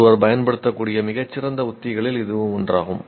ஒருவர் பயன்படுத்தக்கூடிய மிகச் சிறந்த உத்திகளில் இதுவும் ஒன்றாகும்